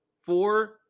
Four